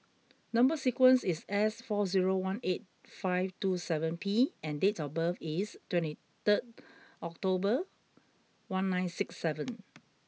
number sequence is S four zero one eight five two seven P and date of birth is twenty third October one nine six seven